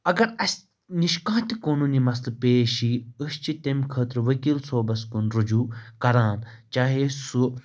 اگر اَسہِ نِش کانٛہہ تہِ قونوٗنی مَسلہٕ پیش یی أسۍ چھِ تمہِ خٲطرٕ ؤکیٖل صٲبَس کُن رُجوٗع کَران چاہے سُہ